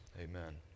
Amen